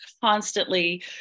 constantly